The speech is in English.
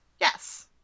Yes